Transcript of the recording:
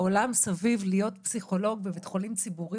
בעולם סביב להיות פסיכולוג בבית חולים ציבורי